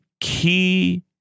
key